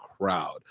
crowd